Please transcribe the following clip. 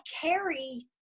carry